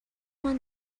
one